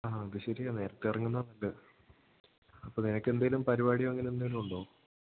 ആ അത് ശരിയാണ് നേരത്തെ ഇറങ്ങുന്നതാണ് നല്ലത് അപ്പം നിനക്ക് എന്തേലും പരിപാടിയോ അങ്ങനെ എന്തെലുമുണ്ടോ